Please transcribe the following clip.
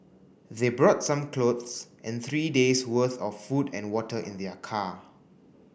they brought some clothes and three days worth of food and water in their car